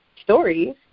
stories